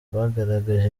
bagaragaje